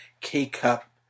K-cup